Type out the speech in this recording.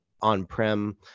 on-prem